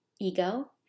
ego